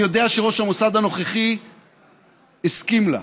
אני יודע שראש המוסד הנוכחי הסכים לה,